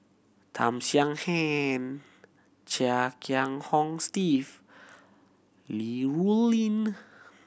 Tham Sien Chia Kiah Hong Steve Li Rulin